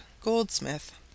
goldsmith